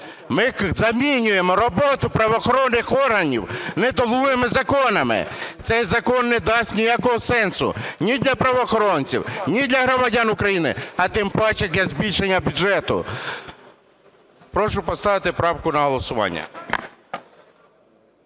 Ми замінюємо роботу правоохоронних органів недолугими законами. Цей закон не дасть ніякого сенсу ні для правоохоронців, ні для громадян України, а тим паче для збільшення бюджету. Прошу поставити правку на голосування.